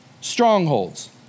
strongholds